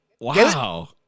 Wow